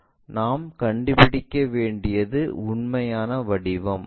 நான் கண்டுபிடிக்க வேண்டியது உண்மையான வடிவம்